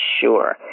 Sure